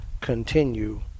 continue